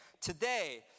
Today